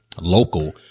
local